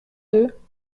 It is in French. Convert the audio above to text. deux